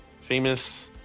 famous